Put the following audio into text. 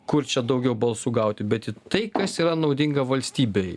kur čia daugiau balsų gauti bet į tai kas yra naudinga valstybei